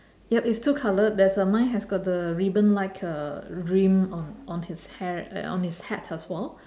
yup it's two colour there's a mine has got the ribbon like uh rim on on his hair on his hat as well